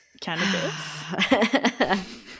cannabis